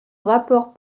rapports